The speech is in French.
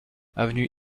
avenue